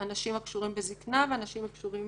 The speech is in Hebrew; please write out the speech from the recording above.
אנשים הקשורים בזקנה ואנשים הקשורים